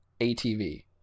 ATV